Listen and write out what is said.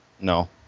No